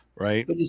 Right